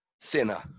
thinner